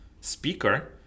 speaker